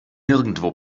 nirgendwo